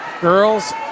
girls